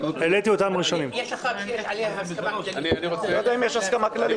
יש הסכמה כללית